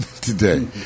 today